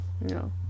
No